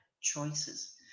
choices